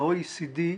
ב-OECD,